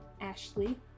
Ashley